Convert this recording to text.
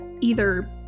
either-